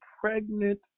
pregnant